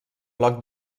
bloc